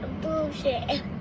Bullshit